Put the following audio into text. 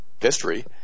history